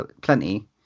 plenty